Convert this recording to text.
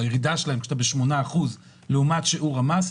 או הירידה שלהן כשאתה ב-8% לעומת שיעור המס,